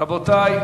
רבותי.